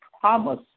promise